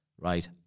Right